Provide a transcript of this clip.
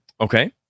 Okay